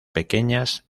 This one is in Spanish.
pequeñas